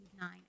nine